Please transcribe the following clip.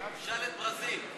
תשאל את ברזיל.